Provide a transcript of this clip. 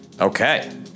Okay